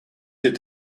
did